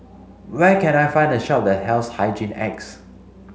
where can I find a shop that sells Hygin X